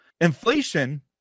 inflation